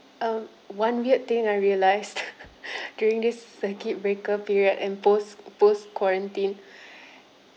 um one weird thing I realised during this circuit breaker period and post post quarantine